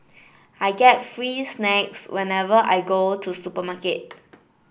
I get free snacks whenever I go to supermarket